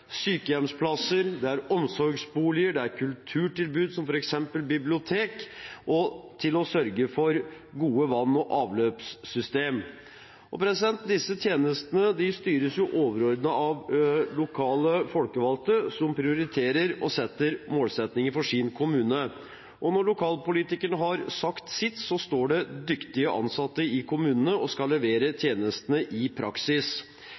sykehjemsplasser, omsorgsboliger, kulturtilbud, som f.eks. bibliotek, og å sørge for gode vann- og avløpssystemer. Disse tjenestene styres overordnet av lokale folkevalgte som prioriterer og setter mål for sin kommune. Og når lokalpolitikerne har sagt sitt, er det dyktige ansatte i kommunene som leverer tjenestene i praksis.